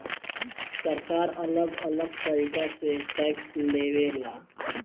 सरकार अलग अलग तरीका से टैक्स लेवे ला